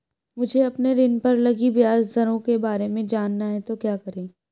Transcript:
मुझे अपने ऋण पर लगी ब्याज दरों के बारे में जानना है तो क्या करें?